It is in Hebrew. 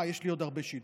יש לי עוד הרבה שאילתות.